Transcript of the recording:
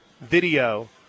video